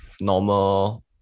normal